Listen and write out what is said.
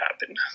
happen